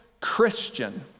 Christian